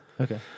okay